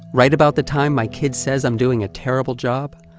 right about the time my kid says i'm doing a terrible job,